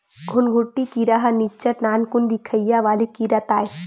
घुनघुटी कीरा ह निच्चट नानकुन दिखइया वाले कीरा ताय